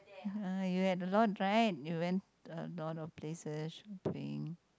ah you had a lot right you went a lot of places shopping